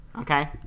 Okay